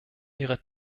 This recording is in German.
ihrer